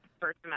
first